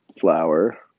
flower